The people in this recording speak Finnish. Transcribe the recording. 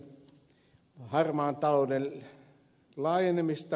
mielestäni ei